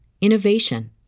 innovation